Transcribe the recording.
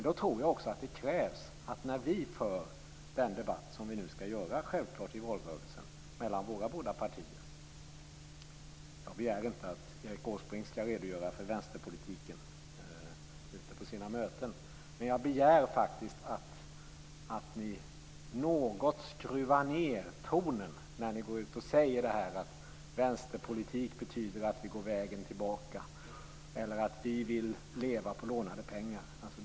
Då tror jag att det krävs att vi för den debatt vi självklart skall föra i valrörelsen mellan våra partier. Jag begär inte att Erik Åsbrink skall redogöra för vänsterpolitiken ute på sina möten. Men jag begär att ni något skruvar ned tonen när ni säger att vänsterpolitik innebär att gå vägen tillbaka eller att man skall leva på lånade pengar.